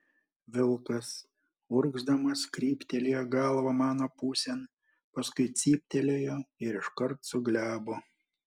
vilkas urgzdamas kryptelėjo galvą mano pusėn paskui cyptelėjo ir iškart suglebo